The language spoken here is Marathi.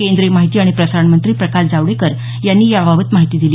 केंद्रीय माहिती आणि प्रसारण मंत्री प्रकाश जावडेकर यांनी याबाबत माहिती दिली